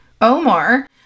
Omar